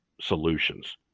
solutions